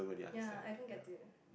ya I don't get it